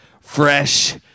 fresh